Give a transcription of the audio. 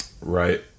right